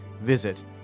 Visit